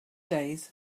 days